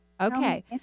Okay